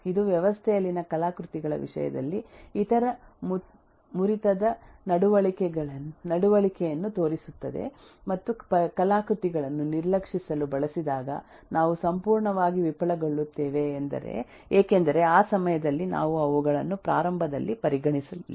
ಇದು ವ್ಯವಸ್ಥೆಯಲ್ಲಿನ ಕಲಾಕೃತಿಗಳ ವಿಷಯದಲ್ಲಿ ಇತರ ಮುರಿತದ ನಡವಳಿಕೆಯನ್ನು ತೋರಿಸುತ್ತದೆ ಮತ್ತು ಕಲಾಕೃತಿಗಳನ್ನು ನಿರ್ಲಕ್ಷಿಸಲು ಬಳಸಿದಾಗ ನಾವು ಸಂಪೂರ್ಣವಾಗಿ ವಿಫಲಗೊಳ್ಳುತ್ತೇವೆ ಏಕೆಂದರೆ ಆ ಸಮಯದಲ್ಲಿ ನಾವು ಅವುಗಳನ್ನು ಪ್ರಾರಂಭದಲ್ಲಿ ಪರಿಗಣಿಸಲಿಲ್ಲ